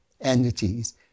entities